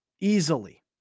Easily